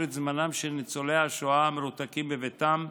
את זמנם של ניצולי השואה המרותקים לביתם,